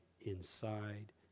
inside